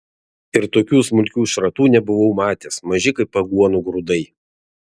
ir tokių smulkių šratų nebuvau matęs maži kaip aguonų grūdai